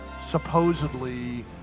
supposedly